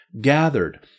gathered